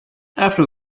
after